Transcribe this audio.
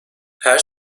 her